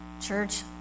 Church